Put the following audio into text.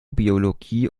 biologie